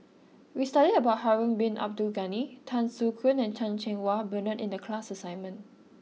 we studied about Harun bin Abdul Ghani Tan Soo Khoon and Chan Cheng Wah Bernard in the class assignment